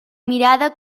mirada